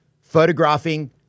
photographing